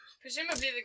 Presumably